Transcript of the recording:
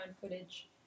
footage